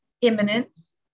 imminence